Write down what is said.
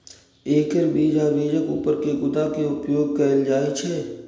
एकर बीज आ बीजक ऊपर के गुद्दा के उपयोग कैल जाइ छै